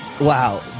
Wow